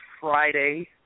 Friday